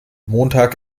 montag